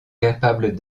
capables